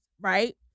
right